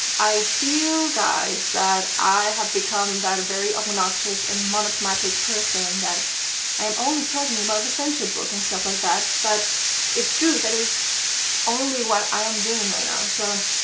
i feel guys that i have become that very obnoxious and monotomatic person that i am only talking about the friendship book and stuff like that but it's true, that is only what i am doing right now so,